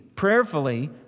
prayerfully